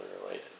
related